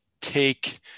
take